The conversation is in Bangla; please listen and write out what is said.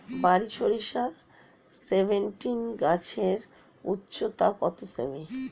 বারি সরিষা সেভেনটিন গাছের উচ্চতা কত সেমি?